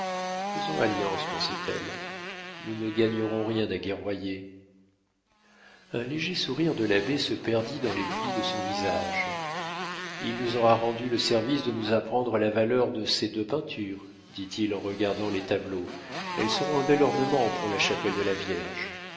faisons alliance pensait-elle nous ne gagnerons rien à guerroyer un léger sourire de l'abbé se perdit dans les plis de son visage il nous aura rendu le service de nous apprendre la valeur de ces deux peintures dit-il en regardant les tableaux elles seront un bel ornement pour la chapelle de la vierge